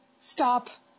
stop